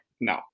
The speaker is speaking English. no